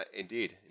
Indeed